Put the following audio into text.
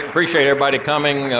appreciate everybody coming.